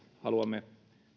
haluamme